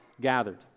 gathered